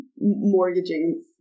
mortgaging